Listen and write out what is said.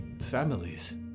families